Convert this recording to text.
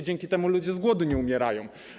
Dzięki temu ludzie z głodu nie umierają.